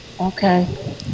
okay